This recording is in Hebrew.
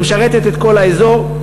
שמשרתת את כל האזור.